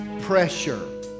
pressure